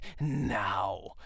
now